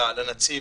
לנציב,